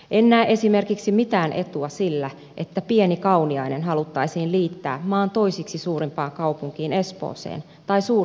en näe esimerkiksi mitään etua sillä että pieni kauniainen haluttaisiin liittää maan toisiksi suurimpaan kaupunkiin espooseen tai suur helsinkiin